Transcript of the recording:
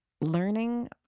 learning